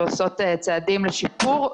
שעושות צעדים לשיפור,